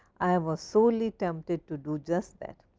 i was sorely tempted to do just that.